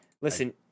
Listen